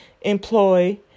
employ